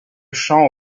chant